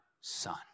son